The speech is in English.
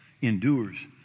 endures